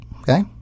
Okay